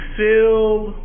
filled